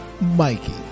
mikey